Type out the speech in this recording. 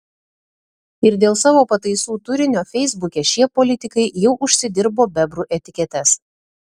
ir dėl savo pataisų turinio feisbuke šie politikai jau užsidirbo bebrų etiketes